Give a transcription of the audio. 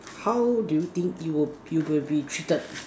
how do you think it will you will be treated